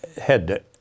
head